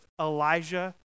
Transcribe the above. Elijah